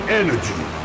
energy